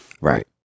Right